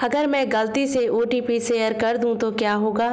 अगर मैं गलती से ओ.टी.पी शेयर कर दूं तो क्या होगा?